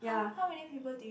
!huh! how many people do you